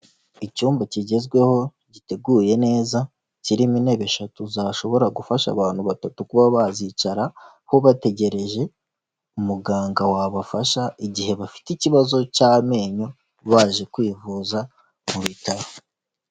Icyumba kigezweho giteguye neza, kirimo intebe eshatu zashobora gufasha abantu batatu kuba bazicaraho, bategereje umuganga wabafasha, igihe bafite ikibazo cy'amenyo, baje kwivuza mu bitaro.